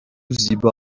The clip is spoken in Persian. زیبا